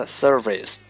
service